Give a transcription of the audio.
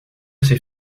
c’est